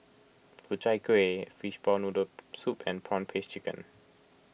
Ku Chai Kueh Fishball Noodle Soup and Prawn Paste Chicken